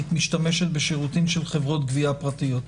משתמשת בשירותים של חברות גבייה פרטיות.